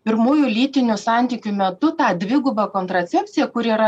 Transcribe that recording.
pirmųjų lytinių santykių metu tą dviguba kontracepcija kur yra